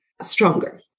stronger